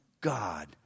God